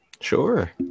Sure